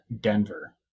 Denver